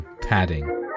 Padding